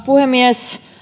puhemies